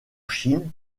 chine